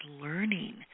learning